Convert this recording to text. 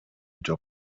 жок